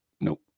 Nope